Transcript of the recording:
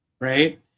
right